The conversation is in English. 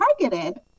targeted